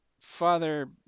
father